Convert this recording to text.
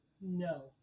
No